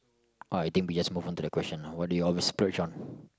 uh I think we just move on to the question lah what do you always splurge on